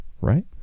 right